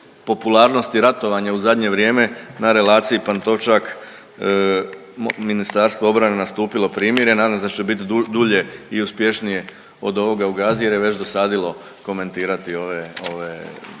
popularnosti ratovanja u zadnje vrijeme na relaciji Pantovačak-Ministarstvo obrane nastupilo primirje, nadam se da će bit dulje i uspješnije od ovoga u Gazi jer je već dosadilo komentirati ove